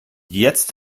jetzt